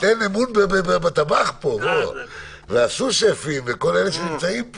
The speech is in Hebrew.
אין אמון בטבח פה ובסו-שפים ובכל אלה שנמצאים פה.